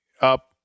up